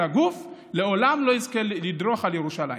הגוף לעולם לא יזכה לדרוך בירושלים.